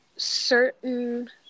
Certain